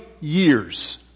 years